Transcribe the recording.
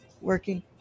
working